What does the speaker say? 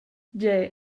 gie